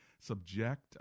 subject